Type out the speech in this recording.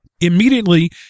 Immediately